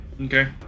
Okay